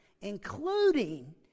including